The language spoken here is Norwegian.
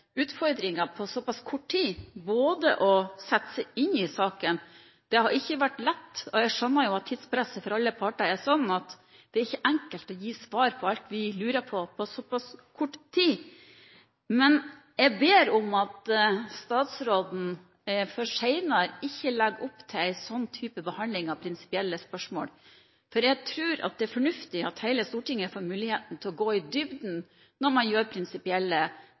utfordringer med å sette seg inn i saken, det har ikke vært lett, og jeg skjønner at tidspresset for alle parter er slik at det ikke er enkelt å gi svar på alt vi lurer på på såpass kort tid. Men jeg ber om at statsråden senere ikke legger opp til en slik type behandling av prinsipielle spørsmål, for jeg tror at det er fornuftig at hele Stortinget får muligheten til å gå i dybden når man gjør prinsipielle